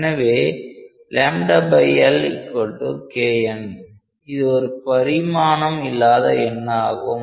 எனவே 𝜆𝐿𝐾𝑛 இது ஒரு பரிமாணம் இல்லாத எண் ஆகும்